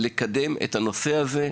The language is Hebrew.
לקדם את הנושא הזה באמת,